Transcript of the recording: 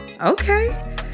Okay